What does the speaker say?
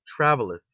travelleth